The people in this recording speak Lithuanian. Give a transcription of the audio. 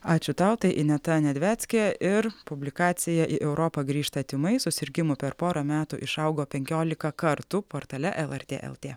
ačiū tau tai ineta nedveckė ir publikacija į europą grįžta tymai susirgimų per porą metų išaugo penkiolika kartų portale lrt lt